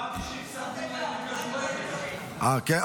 --- אה, כן?